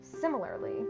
Similarly